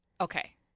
Okay